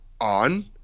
on